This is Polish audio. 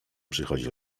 przychodzi